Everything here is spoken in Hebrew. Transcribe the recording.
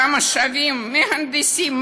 כמה שווים מהנדסים?